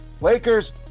Lakers